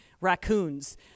raccoons